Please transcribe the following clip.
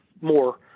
more